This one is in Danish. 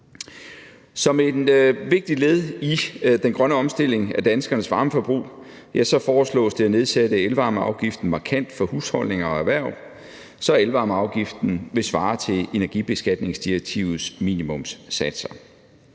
Som et vigtigt led i den grønne omstilling af danskernes varmeforbrug foreslås det at nedsætte elvarmeafgiften markant for husholdninger og erhverv, så elvarmeafgiften vil svare til energibeskatningsdirektivets minimumssatser.